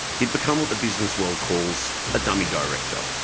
he'd become what the business world calls a dummy director.